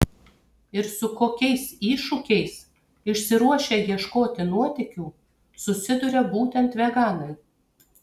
ir su kokiais iššūkiais išsiruošę ieškoti nuotykių susiduria būtent veganai